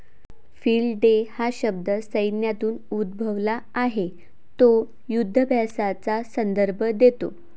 field day हा शब्द सैन्यातून उद्भवला आहे तो युधाभ्यासाचा संदर्भ देतो